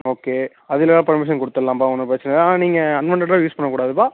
okay அதெலாம் permission கொடுத்துர்லாம்ப்பா ஒன்றும் பிரச்சனை இல்லை ஆனால் நீங்கள் அன்வான்ட்டடாக யூஸ் பண்ண கூடாதுப்பா